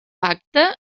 pacte